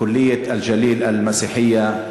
כוליית אלג'ליל אלמסיחיה,